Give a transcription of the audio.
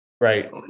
right